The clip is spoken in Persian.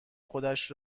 خودش